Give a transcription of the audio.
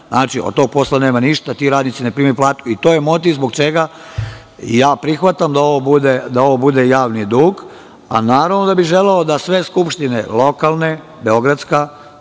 platimo, od tog posla nema ništa, ti radnici ne primaju plate. To je motiv zbog čega prihvatam da ovo bude javni dug, a naravno da bih želeo da sve skupštine, lokalne, beogradska,